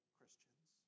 Christians